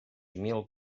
mil